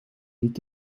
niet